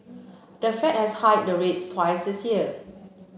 the Fed has hiked the rates twice this year